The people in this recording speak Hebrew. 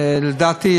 לדעתי,